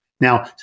Now